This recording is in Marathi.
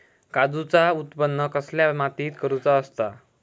काजूचा उत्त्पन कसल्या मातीत करुचा असता?